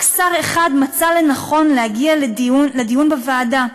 שר אחד מצא לנכון להגיע לדיון בוועדה,